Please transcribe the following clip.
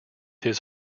his